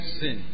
sin